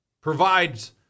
provides